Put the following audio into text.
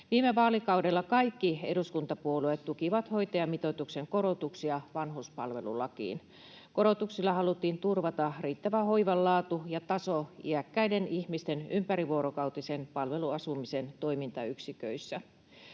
Viime vaalikaudella kaikki eduskuntapuolueet tukivat hoitajamitoituksen korotuksia vanhuspalvelulakiin. Korotuksilla haluttiin turvata riittävä hoivan laatu ja taso iäkkäiden ihmisten ympärivuorokautisen palveluasumisen toimintayksiköissä.